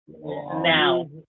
Now